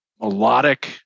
melodic